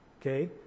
Okay